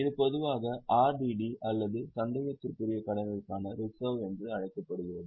இது பொதுவாக RDD அல்லது சந்தேகத்திற்குரிய கடன்களுக்கான ரிசர்வ் என அழைக்கப்படுகிறது